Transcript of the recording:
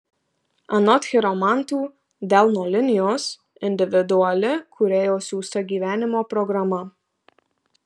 anot chiromantų delno linijos individuali kūrėjo siųsta gyvenimo programa